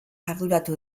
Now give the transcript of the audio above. arduratu